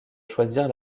choisir